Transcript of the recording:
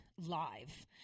Live